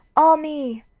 ah me!